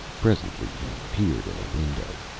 presently he peered in a window.